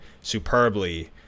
superbly